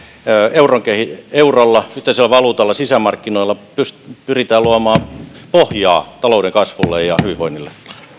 eurolla eurolla yhteisellä valuutalla sisämarkkinoilla pyritään luomaan pohjaa talouden kasvulle ja hyvinvoinnille